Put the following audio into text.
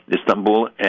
Istanbul